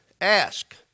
ask